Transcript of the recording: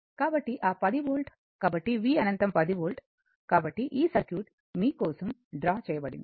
కాబట్టి ఆ 10 వోల్ట్ కాబట్టి v అనంతం 10 వోల్ట్ కాబట్టి ఈ సర్క్యూట్ మీ కోసం డ్రా చేయబడింది